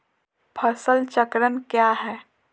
फसल चक्रण क्या है?